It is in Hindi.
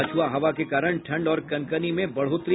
पछुआ हवा के कारण ठंड और कनकनी में बढ़ोतरी